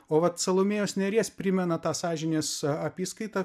o vat salomėjos nėries primena tą sąžinės apyskaitą